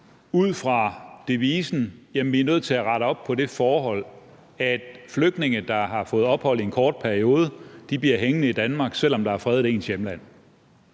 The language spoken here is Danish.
ud fra devisen: Vi er nødt til at rette op på det forhold, at flygtninge, der har fået ophold i en kort periode, bliver hængende i Danmark, selv om der er fredeligt i ens hjemland.